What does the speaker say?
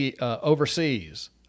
overseas